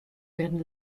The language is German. werden